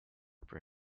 for